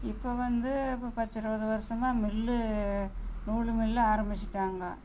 இப்போ வந்து இப்போ பத்து இருபது வருஷமா மில்லு நூலு மில்லு ஆரம்பிச்சுட்டாங்க